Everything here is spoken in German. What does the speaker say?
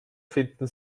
finden